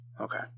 Okay